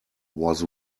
was